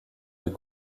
eût